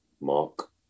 Mark